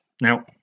Now